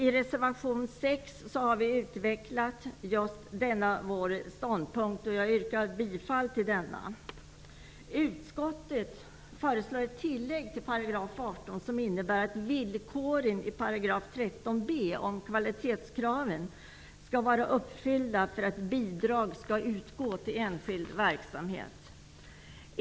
I reservation 6 har vi utvecklat denna vår ståndpunkt, och jag yrkar bifall till denna reservation. Utskottet föreslår ett tillägg till 18 § som innebär att villkoren i 13 b §, om kvalitetskrav, skall vara uppfyllda för att bidrag skall utgå till enskild verksamhet.